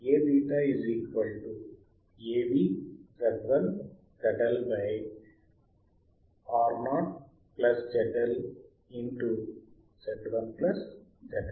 కాబట్టి A𝛃 విలువ లెక్కింపు కోసం ఇక్కడ చూపిన సర్క్యూట్ను పరిశీలిద్దాం